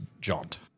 jaunt